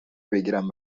بگیرم